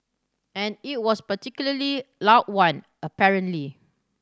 and it was particularly loud one apparently